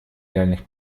реальных